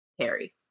Harry